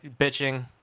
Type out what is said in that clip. bitching